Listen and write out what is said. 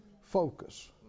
focus